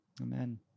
Amen